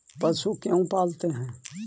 पशु क्यों पालते हैं?